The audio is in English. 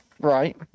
Right